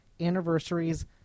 anniversaries